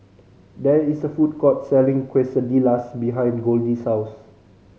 there is a food court selling Quesadillas behind Goldie's house